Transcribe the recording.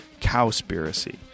Cowspiracy